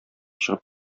чыгып